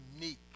unique